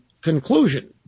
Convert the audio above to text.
conclusion